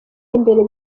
imbere